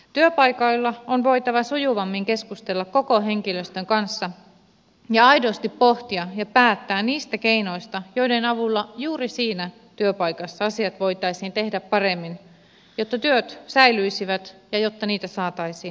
työpaikoilla on voitava sujuvammin keskustella koko henkilöstön kanssa ja aidosti pohtia ja päättää niistä keinoista joiden avulla juuri siinä työpaikassa asiat voitaisiin tehdä paremmin jotta työt säilyisivät ja jotta niitä saataisiin lisää